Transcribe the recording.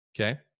okay